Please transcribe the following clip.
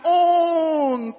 own